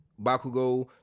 Bakugo